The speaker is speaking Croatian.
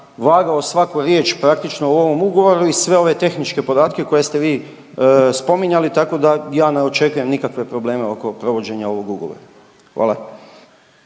vagao svaku riječ praktično u ovom ugovoru i sve ove tehničke podatke koje ste vi spominjali. Tako da ja ne očekujem nikakve probleme oko provođenja ovog ugovora. Hvala.